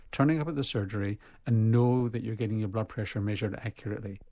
turning up at the surgery and know that you're getting a blood pressure measured accurately.